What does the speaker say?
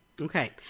Okay